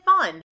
fun